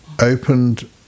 opened